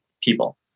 people